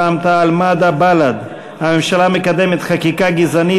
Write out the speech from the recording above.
רע"ם-תע"ל-מד"ע ובל"ד: הממשלה מקדמת חקיקה גזענית